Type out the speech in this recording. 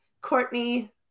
Courtney